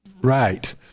right